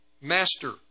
Master